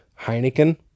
Heineken